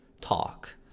talk